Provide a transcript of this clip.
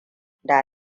da